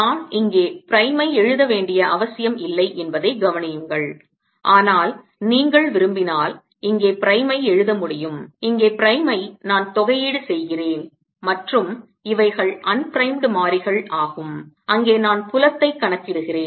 நான் இங்கே பிரைமை எழுத வேண்டிய அவசியம் இல்லை என்பதை கவனியுங்கள் ஆனால் நீங்கள் விரும்பினால் இங்கே பிரைமை எழுத முடியும் இங்கே பிரைமை நான் தொகையீடு செய்கிறேன் மற்றும் இவைகள் unprimed மாறிகள் ஆகும் அங்கே நான் புலத்தை கணக்கிடுகிறேன்